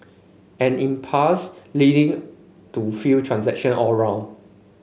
an impasse leading to fewer transactions all round